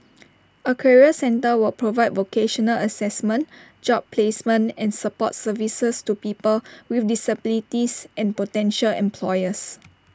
A career centre will provide vocational Assessment job placement and support services to people with disabilities and potential employers